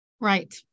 right